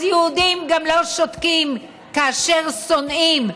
אז יהודים לא שותקים גם כאשר שונאים,